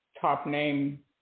top-name